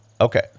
Okay